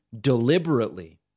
deliberately